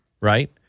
Right